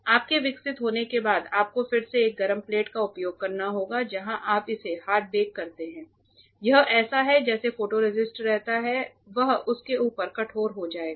आपके विकसित होने के बाद आपको फिर से एक गर्म प्लेट का उपयोग करना होगा जहां आप इसे हार्ड बेक करते हैं यह ऐसा है जैसे फोटोरेसिस्ट रहता है वह उसके ऊपर कठोर हो जाएगा